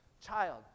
Child